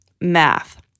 math